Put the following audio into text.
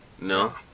No